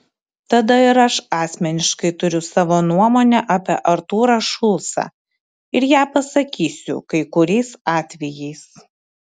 tada ir aš asmeniškai turiu savo nuomonę apie artūrą šulcą ir ją pasakysiu kai kuriais atvejais